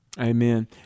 Amen